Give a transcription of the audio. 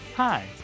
Hi